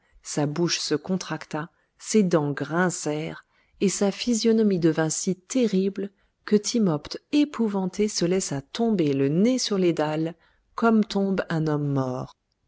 sa bouche se contracta ses dents grincèrent et sa physionomie devint si terrible que timopht épouvanté se laissa tomber le nez sur les dalles comme tombe un homme mort